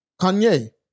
Kanye